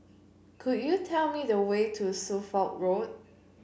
could you tell me the way to Suffolk Road